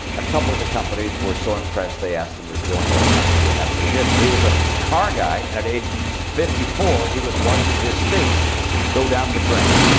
a couple of the companies were so impressed, they asked him to join their company. and that's what he did. so he was a car guy. and at age fifty four, he was watching his state go down the drain.